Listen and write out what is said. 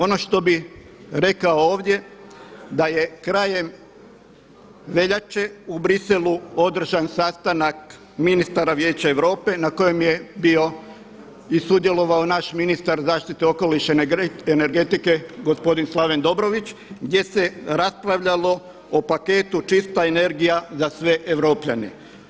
Ono što bih rekao ovdje, da je krajem veljače u Bruxellesu održan sastanak ministara Vijeća Europe na kojem je bio i sudjelovao naš ministar zaštite okoliša i energetike gospodina Slaven Dobrović gdje se raspravljalo o paketu čista energija za sve Europljane.